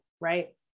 Right